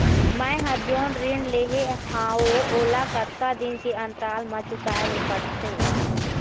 मैं हर जोन ऋण लेहे हाओ ओला कतका दिन के अंतराल मा चुकाए ले पड़ते?